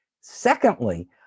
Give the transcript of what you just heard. Secondly